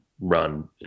run